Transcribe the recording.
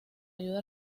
ayuda